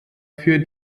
für